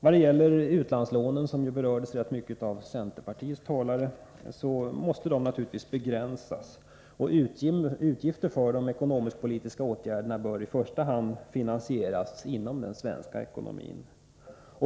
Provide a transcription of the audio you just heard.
När det gäller utlandslånen, som ju berördes rätt mycket av centerpartiets talare, måste de naturligtvis begränsas. Utgifter för de ekonomisk-politiska åtgärderna bör i första hand finansieras inom den svenska ekonomin.